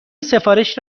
سفارش